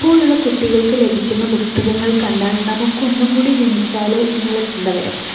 ഇപ്പോഴുള്ള കുട്ടികൾക്ക് ലഭിക്കുന്ന പുസ്തകങ്ങൾ കണ്ടാൽ നമുക്കൊന്നു കൂടി ജനിച്ചാലോ എന്നുള്ള ചിന്ത വരും